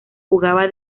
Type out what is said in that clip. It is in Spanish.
jugaba